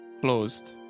closed